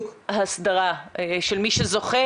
מההסדרה של מי שזוכה,